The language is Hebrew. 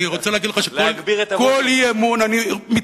אני רוצה להגיד לך שכל אי-אמון אני מתחנן,